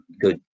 good